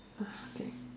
okay